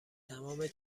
تمام